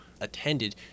attended